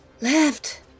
Left